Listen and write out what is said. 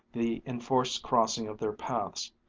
the enforced crossings of their paths.